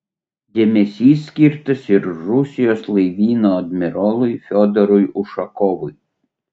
dėmesys skirtas ir rusijos laivyno admirolui fiodorui ušakovui